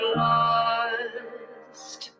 lost